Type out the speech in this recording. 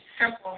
simple